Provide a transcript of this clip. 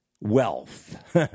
wealth